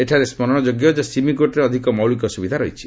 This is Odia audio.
ଏଠାରେ ସୁରଣ ଯୋଗ୍ୟ ଯେ ସିମିକୋଟରେ ଅଧିକ ମୌଳିକ ସ୍ରବିଧା ରହିଛି